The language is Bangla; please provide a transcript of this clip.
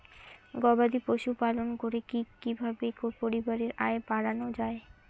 গবাদি পশু পালন করে কি কিভাবে পরিবারের আয় বাড়ানো যায়?